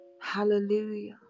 Hallelujah